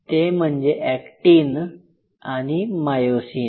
ते म्हणजे अॅक्टिन आणि मायोसिन